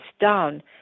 down